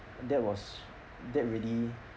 that was that really